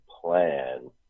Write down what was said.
plan